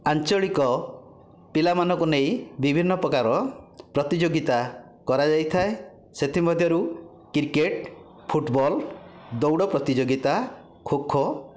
ଆଞ୍ଚଳିକ ପିଲାମାନଙ୍କୁ ନେଇ ବିଭିନ୍ନ ପ୍ରକାରର ପ୍ରତିଯୋଗିତା କରାଯାଇଥାଏ ସେଥିମଧ୍ୟରୁ କ୍ରିକେଟ୍ ଫୁଟବଲ୍ ଦୌଡ଼ ପ୍ରତିଯୋଗିତା ଖୋଖୋ